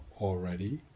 already